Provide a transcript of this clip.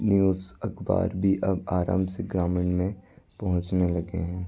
news अखबार भी अब आराम से ग्रामीण में पहुँचने लगे हैं